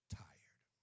tired